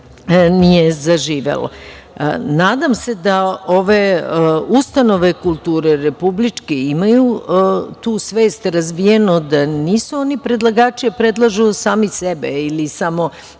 nije zaživelo. Nadam se da ove ustanove kulture republičke imaju tu svest razvijenu da nisu oni predlagači da predlažu sami sebe ili samo